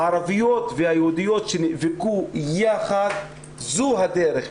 הערביות והיהודיות שנאבקו ביחד זו הדרך.